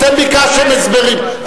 אתם ביקשתם הסברים.